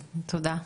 תודה.